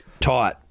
tight